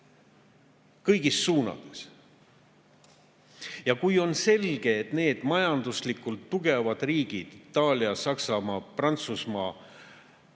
kõigis suunades, ja kui on selge, et need majanduslikult tugevad riigid, Itaalia, Saksamaa ja Prantsusmaa,